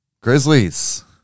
Grizzlies